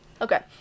okay